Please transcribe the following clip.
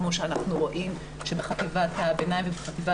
כמו שאנחנו רואים שבחטיבת הביניים ובחטיבה